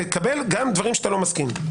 תקבל גם דברים שאתה לא מסכים איתם.